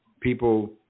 people